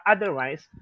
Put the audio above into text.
Otherwise